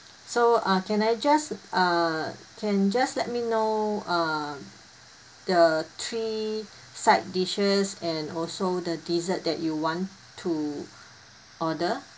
so uh can I just uh can just let me know uh the three side dishes and also the dessert that you want to order